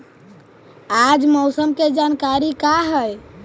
आज मौसम के जानकारी का हई?